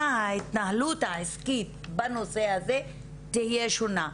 ההתנהלות העסקית בנושא הזה תהיה שונה.